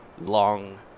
long